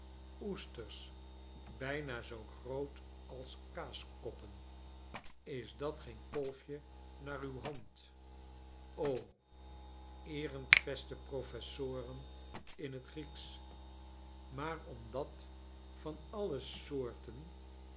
oesters bijna zoo groot als kaaskoppen is dat geen kolfje naar uw hand o erentfeste professoren in t grieksch maar omdat van alle soorten